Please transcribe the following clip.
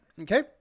Okay